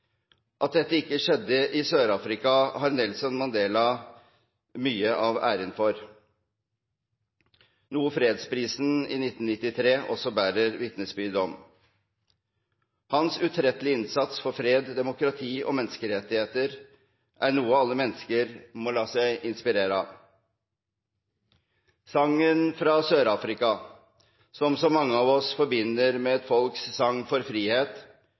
At dette ikke skjedde i Sør-Afrika, har Nelson Mandela mye av æren for, noe fredsprisen i 1993 også bærer vitnesbyrd om. Hans utrettelige innsats for fred, demokrati og menneskerettigheter er noe alle mennesker må la seg inspirere av. Sangen fra Sør-Afrika, som så mange av oss forbinder med et folks sang for frihet,